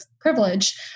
privilege